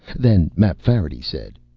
then mapfarity said,